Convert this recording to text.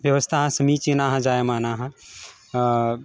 व्यवस्थाः समीचीनाः जायमानाः